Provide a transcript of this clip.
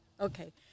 Okay